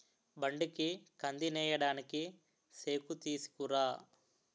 బండికి కందినేయడానికి సేకుతీసుకురా